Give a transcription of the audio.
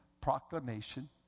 proclamation